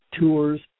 tours